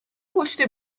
پشت